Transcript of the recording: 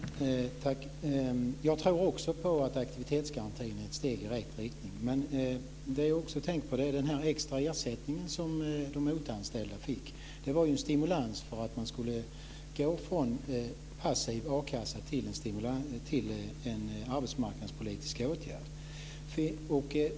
Fru talman! Jag tror också att aktivitetsgarantin är ett steg i rätt riktning. Men den extra ersättning som de OTA-anställda fick var en stimulans för att man skulle gå från passiv a-kassa till en arbetsmarknadspolitisk åtgärd.